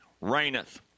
reigneth